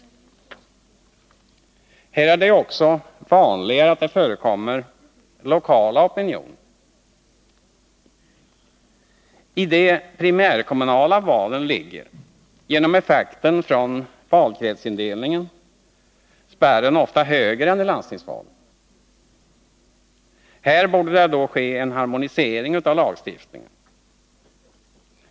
Här är det ju också vanligare att det förekommer lokala opinioner. I de primärkommunala valen ligger, genom effekter från valkretsindelningen, spärren ofta högre än i landstingsvalen. Här borde det ske en harmonisering av lagstiftningen.